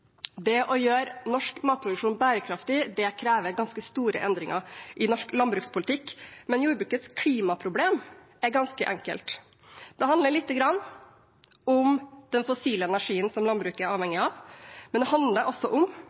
Å gjøre norsk matproduksjon bærekraftig krever ganske store endringer i norsk landbrukspolitikk, men jordbrukets klimaproblem er ganske enkelt. Det handler litt om den fossile energien som landbruket er avhengig av, men det handler også om